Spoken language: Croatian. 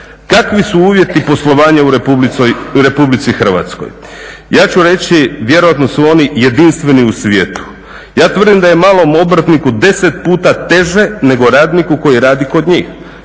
Kakvi su uvjeti poslovanja u Republici Hrvatskoj? Ja ću reći vjerojatno su oni jedinstveni u svijetu. Ja tvrdim da je malom obrtniku deset puta teže nego radniku koji radi kod njih